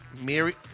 Mary